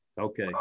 Okay